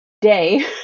day